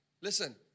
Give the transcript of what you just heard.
Listen